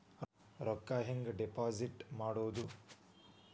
ರೊಕ್ಕ ಹೆಂಗೆ ಡಿಪಾಸಿಟ್ ಮಾಡುವುದು?